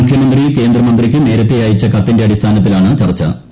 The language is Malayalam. മുഖ്യമന്ത്രി കേന്ദ്രമന്ത്രിക്ക് നേരത്തെ അയച്ച കത്തിന്റെ അടിസ്ഥാനത്തിലാണ് ചർച്ചു